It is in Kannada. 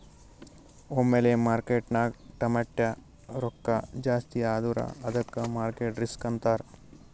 ಒಮ್ಮಿಲೆ ಮಾರ್ಕೆಟ್ನಾಗ್ ಟಮಾಟ್ಯ ರೊಕ್ಕಾ ಜಾಸ್ತಿ ಆದುರ ಅದ್ದುಕ ಮಾರ್ಕೆಟ್ ರಿಸ್ಕ್ ಅಂತಾರ್